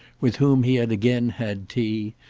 with whom he had again had tea,